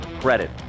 credit